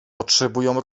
potrzebują